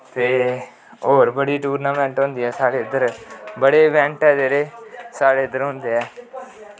ते होर बड़ी टूर्नामैंट होंदियां साढ़े इद्धर बड़े इवैंट ऐ जेह्ड़े साढ़े इद्धर होंदे ऐ